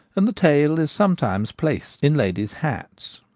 and the tail is some times placed in ladies' hats.